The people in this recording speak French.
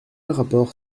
rapport